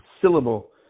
syllable